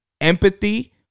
Empathy